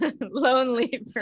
Lonely